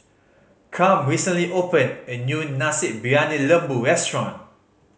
Cam recently opened a new Nasi Briyani Lembu restaurant